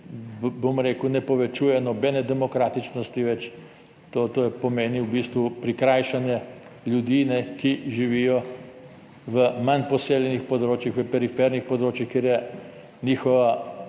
bom rekel, ne povečuje nobene demokratičnosti več, to pomeni v bistvu prikrajšanje ljudi, ki živijo v manj poseljenih področjih, v perifernih področjih, kjer je njihova